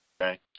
okay